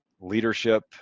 leadership